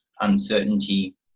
uncertainty